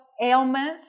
ailments